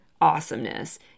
awesomeness